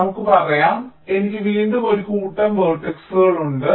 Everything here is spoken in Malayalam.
നമുക്ക് പറയാം എനിക്ക് വീണ്ടും ഒരു കൂട്ടം വേർട്ടക്സുകളുണ്ട്